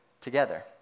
together